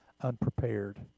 unprepared